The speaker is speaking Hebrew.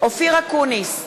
אופיר אקוניס,